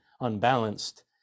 unbalanced